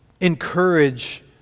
encourage